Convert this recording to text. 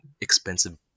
expensive